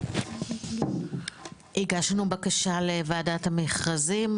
הגשנו בקשה לוועדת המכרזים,